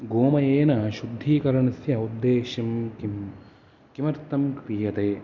गोमयेन शुद्धीकरणस्य उद्देश्यं किं किमर्थं क्रियते